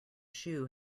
shoe